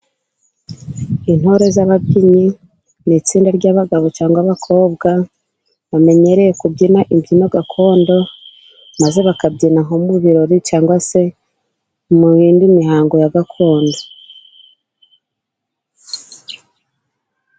Intore z'ababyinnyi ni itsinda ry'abagabo cyangwa abakobwa ,bamenyereye kubyina imbyino gakondo ,maze bakabyina nko mu birori, cyangwa se mu yindi mihango ya gakondo.